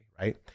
right